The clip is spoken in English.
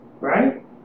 right